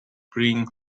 bring